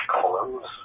columns